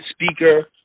speaker